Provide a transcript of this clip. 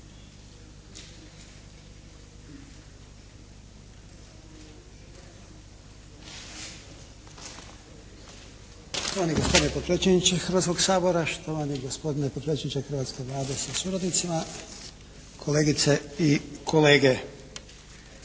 štovani gospodine potpredsjedniče hrvatske Vlade sa suradnicima, kolegice i kolege.